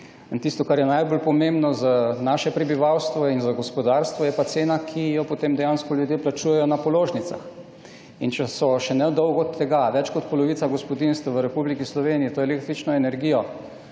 In tisto, kar je najbolj pomembno za naše prebivalstvo in za gospodarstvo, je pa cena, ki jo potem dejansko ljudje plačujejo na položnicah. Če je še ne dolgo tega več kot polovica gospodinjstev v Republiki Sloveniji to električno energijo